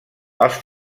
els